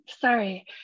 sorry